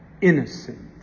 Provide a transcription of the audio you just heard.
innocent